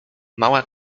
mała